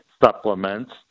supplements